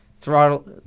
throttle